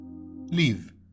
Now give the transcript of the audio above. leave